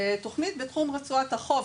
ותוכנית בתחום רצועת החוף,